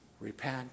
repent